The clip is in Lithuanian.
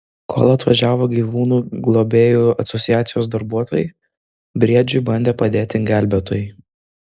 kol atvažiavo gyvūnų globėjų asociacijos darbuotojai briedžiui bandė padėti gelbėtojai